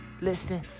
Listen